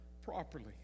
Properly